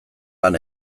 lan